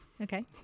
Okay